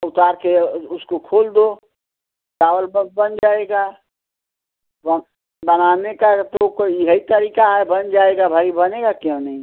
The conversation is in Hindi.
तो उतार के उसको खोल दो चावल बस बन जाएगा वह बनाने का तो उसका यही तरीका है बन जाएगा भाई बनेगा क्यों नही